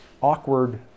awkward